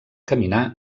caminar